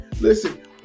Listen